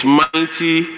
mighty